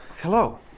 Hello